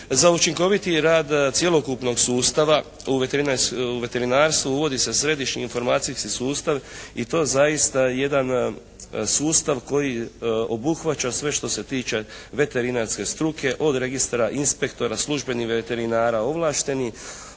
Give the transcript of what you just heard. Za učinkovitiji rad cjelokupnog sustava u veterinarstvu uvodi se središnji informacijski sustav i to zaista je jedan sustav koji obuhvaća sve što se tiče veterinarske struke od registara inspektora, službenih veterinara ovlaštenih.